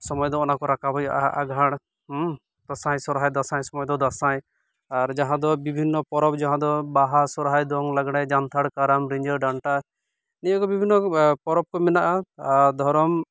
ᱥᱚᱢᱚᱭ ᱫᱚ ᱚᱱᱟ ᱠᱚ ᱨᱟᱠᱟᱵ ᱦᱩᱭᱩᱜᱟ ᱟᱜᱷᱟᱲ ᱫᱟᱸᱥᱟᱭ ᱥᱚᱦᱚᱨᱟᱭ ᱫᱟᱸᱥᱟᱭ ᱥᱚᱢᱚᱭᱫᱚ ᱫᱟᱸᱥᱟᱭ ᱟᱨ ᱡᱟᱦᱟᱫᱚ ᱵᱤᱵᱷᱤᱱᱱᱚ ᱯᱚᱨᱚᱵᱽ ᱡᱟᱦᱟᱸ ᱫᱚ ᱵᱟᱦᱟ ᱥᱚᱨᱦᱟᱭ ᱫᱚᱝ ᱞᱟᱜᱽᱲᱮ ᱡᱟᱱᱛᱷᱟᱲ ᱠᱟᱨᱟᱢ ᱨᱤᱸᱡᱷᱟᱹ ᱰᱟᱱᱴᱟ ᱱᱤᱭᱟᱠᱚ ᱵᱤᱵᱷᱤᱱᱱᱚ ᱯᱚᱨᱚᱵ ᱠᱚ ᱢᱮᱱᱟᱼᱟ ᱟᱨ ᱫᱷᱚᱨᱚᱢ